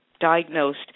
diagnosed